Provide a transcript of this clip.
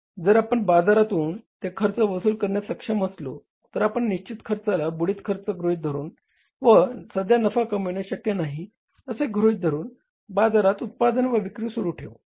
जर आपण बाजारातून ते खर्च वसूल करण्यास सक्षम असलो तर आपण निश्चित खर्चाला बुडीत खर्च गृहीत धरून व सध्या नफा कमविणे शक्य नाही असे गृहीत धरून बाजारात उत्पादन व विक्री सुरु ठेवू शकतो